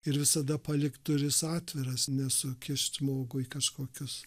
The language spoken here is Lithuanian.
ir visada palikt duris atviras nesukišt žmogui kažkokius